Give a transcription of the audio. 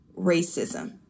racism